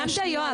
סיימת?